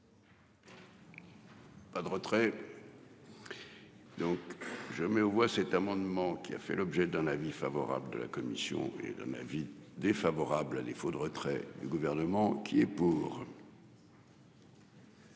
Pas de retrait. Donc. Je mets aux voix cet amendement qui a fait l'objet d'un avis favorable de la commission et d'un avis défavorable à défaut de retrait du gouvernement qui est pour.